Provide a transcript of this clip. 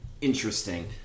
interesting